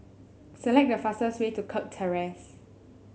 select the fastest way to Kirk Terrace